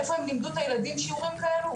איך הם לימדו את הילדים שיעורים כאלו?